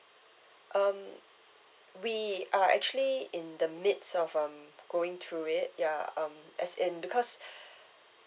um we are actually in the midst of um going through it ya um as in because